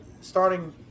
starting